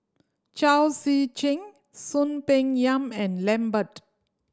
Chao Zee Cheng Soon Peng Yam and Lambert